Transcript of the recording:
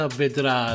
vedrà